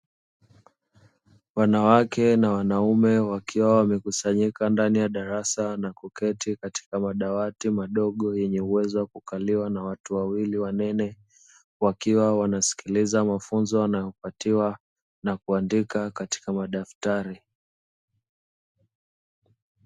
Wanawake na wanaume wakiwa wamekusanyika ndani ya darasa na kuketi katika madawati madogo yenye uwezo wa kukaliwa na watu wawili wanene. Wakiwa wanasikiliza mafunzo wanayopatiwa na kuandika katika madaftari.